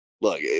look